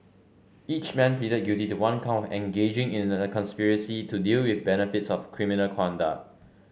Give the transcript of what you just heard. each man pleaded guilty to one count engaging in a conspiracy to deal with the benefits of criminal conduct